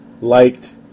liked